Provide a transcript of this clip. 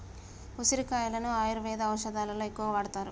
ఉసిరికాయలను ఆయుర్వేద ఔషదాలలో ఎక్కువగా వాడుతారు